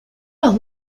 los